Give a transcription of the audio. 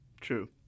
True